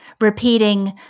repeating